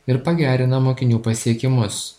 ir pagerina mokinių pasiekimus